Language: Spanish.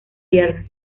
tierra